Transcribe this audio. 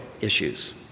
issues